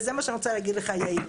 וזה מה שאני רוצה להגיד לך יאיר,